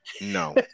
No